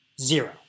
Zero